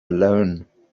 alone